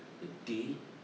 the day